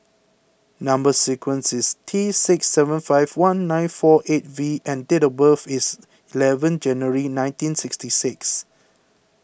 Number Sequence is T six seven five one nine four eight V and date of birth is eleven January nineteen sixty six